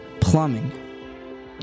plumbing